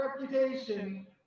reputation